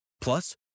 Plus